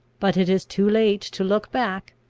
but it is too late to look back.